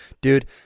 dude